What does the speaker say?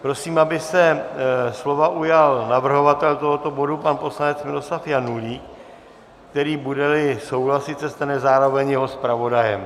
Prosím, aby se slova ujal navrhovatel tohoto bodu pan poslanec Miroslav Janulík, který, budeli souhlasit, se stane zároveň jeho zpravodajem.